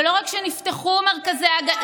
ולא רק שנפתחו מרכזי הגנה,